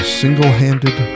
single-handed